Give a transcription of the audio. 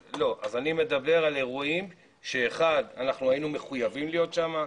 אז אני מדבר על אירועים שהיינו מחויבים להיות שם.